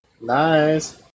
nice